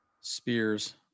Spears